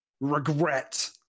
regret